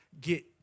get